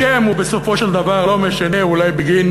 השם בסופו של דבר לא משנה, אולי בגין